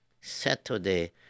Saturday